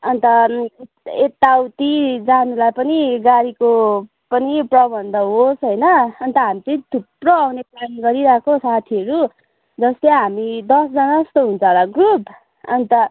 अन्त यताउति जानुलाई पनि गाडीको पनि प्रबन्ध होस् होइन अन्त हामी चाहिँ थुप्रो आउने प्लान गरिरहेको साथीहरू जस्तै हामी दसजना जस्तो हुन्छ होला ग्रुप अन्त